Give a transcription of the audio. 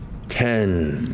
ten,